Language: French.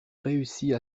réussit